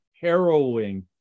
harrowing